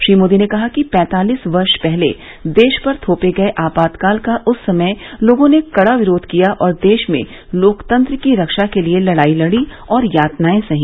श्री मोदी ने कहा कि पैंतालीस वर्ष पहले देश पर थोपे गए आपातकाल का उस समय लोगों ने कड़ा विरोध किया और देश में लोकतंत्र की रक्षा के लिए लड़ाई लड़ी और यातनाए सही